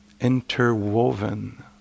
interwoven